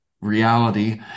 reality